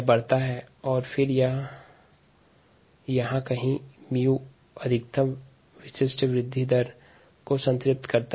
graph में ऊपर की ओर 𝜇 अधिकतम विशिष्ट वृद्धि है जो संतृप्त अवस्था है